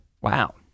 Wow